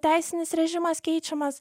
teisinis režimas keičiamas